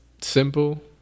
simple